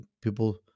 people